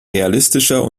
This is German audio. realistischer